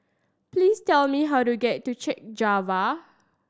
please tell me how to get to Chek Jawa